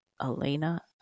Elena